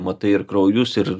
matai ir kraujus ir